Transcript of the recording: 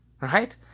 right